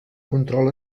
control